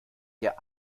der